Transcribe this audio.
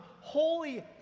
holy